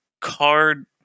card